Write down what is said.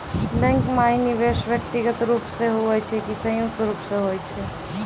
Bank माई निवेश व्यक्तिगत रूप से हुए छै की संयुक्त रूप से होय छै?